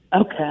Okay